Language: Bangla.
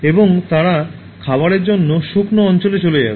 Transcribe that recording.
এবং তারা খাবারের জন্য শুকনো অঞ্চলে চলে যাবে